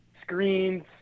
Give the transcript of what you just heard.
screens